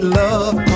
love